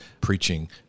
preaching